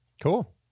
Cool